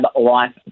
Life